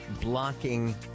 blocking